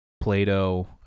Plato